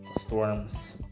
storms